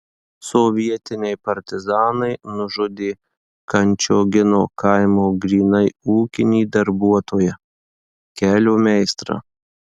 sovietiniai partizanai nužudė kančiogino kaimo grynai ūkinį darbuotoją kelio meistrą